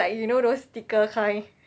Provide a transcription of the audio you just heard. like you know those sticker kind